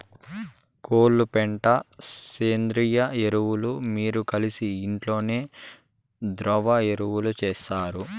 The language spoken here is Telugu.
కోళ్ల పెండ సేంద్రియ ఎరువు మీరు కలిసి ఇంట్లోనే ద్రవ ఎరువు చేస్తారు